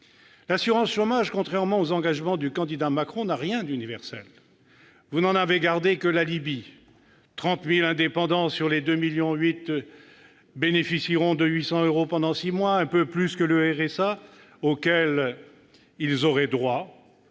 L'assurance chômage, contrairement aux engagements du candidat Macron, n'a rien d'universel. Vous n'en avez gardé que l'alibi : 30 000 indépendants sur 2,8 millions bénéficieront de 800 euros pendant six mois, un peu plus que le RSA auquel ils auraient droit,